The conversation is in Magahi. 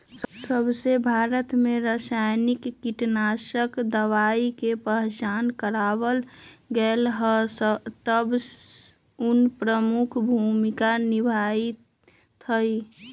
जबसे भारत में रसायनिक कीटनाशक दवाई के पहचान करावल गएल है तबसे उ प्रमुख भूमिका निभाई थई